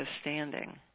standing